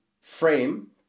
frame